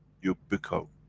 you've become